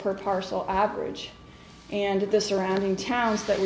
per parcel average and the surrounding towns that